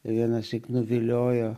vienąsyk nuviliojo